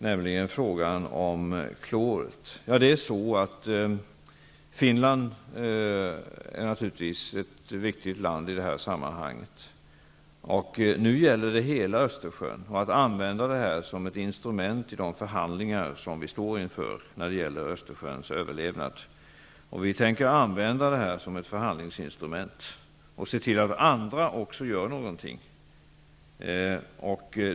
Finland är naturligtvis i det här sammanhanget ett viktigt land, och nu är det hela Östersjön som det gäller. I de förhandlingar som vi står inför när det gäller Östersjöns överlevnad tänker vi använda det här som ett förhandlingsinstrument. Vi tänker se till att andra också gör någonting.